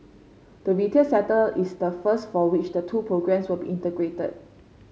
the retail sector is the first for which the two programmes will be integrated